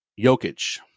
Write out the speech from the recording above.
Jokic